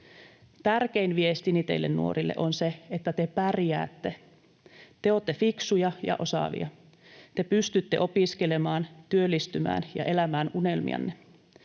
Tärkein viestini teille nuorille on se, että te pärjäätte, te olette fiksuja ja osaavia, te pystytte opiskelemaan, työllistymään ja elämään unelmianne.